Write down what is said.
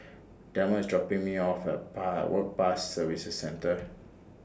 Delmer IS dropping Me off At Pa Work Pass Services Centre